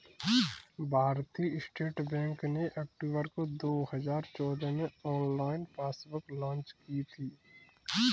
भारतीय state bank ने अक्टूबर दो हजार चौदह में ऑनलाइन पासबुक लॉन्च की थी